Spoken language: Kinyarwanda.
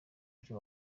byo